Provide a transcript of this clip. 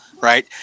right